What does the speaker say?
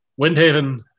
windhaven